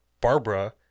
barbara